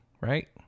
right